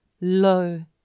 Lo